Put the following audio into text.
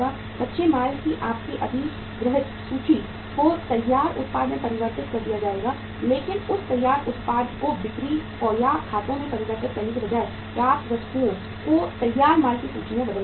कच्चे माल की आपकी अधिग्रहित सूची को तैयार उत्पाद में परिवर्तित कर दिया जाएगा लेकिन उस तैयार उत्पाद को बिक्री या खातों में परिवर्तित करने के बजाय प्राप्य वस्तुओं को तैयार माल की सूची में बदल दिया जाएगा